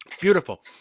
beautiful